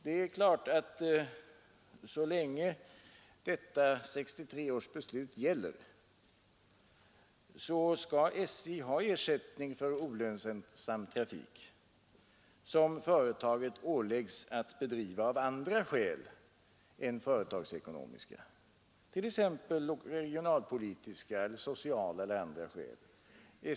Så länge detta 1963 års beslut gäller skall SJ naturligtvis ha ersättning för olönsam trafik, som företaget åläggs att bedriva av andra skäl än företagsekonomiska, t.ex. regionalpolitiska, sociala eller andra.